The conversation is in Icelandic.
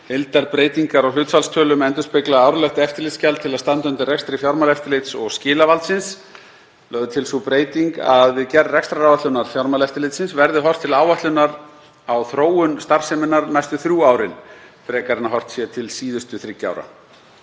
Heildarbreytingar á hlutfallstölum endurspegla árlegt eftirlitsgjald til að standa undir rekstri Fjármálaeftirlits og skilavaldsins. Lögð er til sú breyting að við gerð rekstraráætlunar Fjármálaeftirlitsins verði horft til áætlunar á þróun starfseminnar næstu þrjú árin frekar en að horft sé til síðustu þriggja